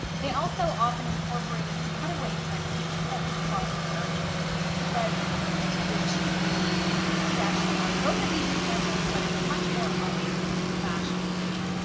they also often incorporated the cutaway front feature that was popular on on glazes which we can see actually on both of these examples, but it's much more obvious on the fashion plate.